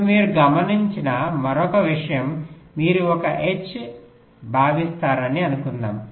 ఇప్పుడు మీరు గమనించిన మరొక విషయం మీరు ఒక హెచ్ భావిస్తారని అనుకుందాం